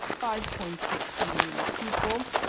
five point six million people